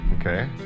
Okay